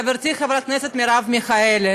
חברתי חברת הכנסת מרב מיכאלי,